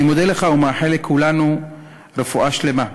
אני מודה לך ומאחל לכולנו רפואה שלמה.